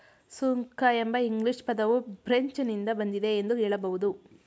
ಸುಂಕ ಎಂಬ ಇಂಗ್ಲಿಷ್ ಪದವು ಫ್ರೆಂಚ್ ನಿಂದ ಬಂದಿದೆ ಎಂದು ಹೇಳಬಹುದು